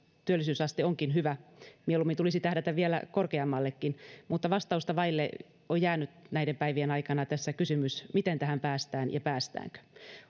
työllisyysaste onkin hyvä mieluummin tulisi tähdätä vielä korkeammallekin mutta vastausta vaille on jäänyt tässä näiden päivien aikana kysymys miten tähän päästään ja päästäänkö